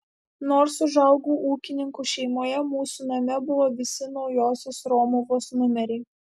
nors užaugau ūkininkų šeimoje mūsų name buvo visi naujosios romuvos numeriai